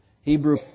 Hebrew